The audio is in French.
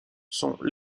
sont